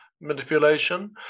manipulation